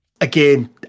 Again